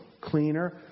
cleaner